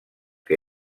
que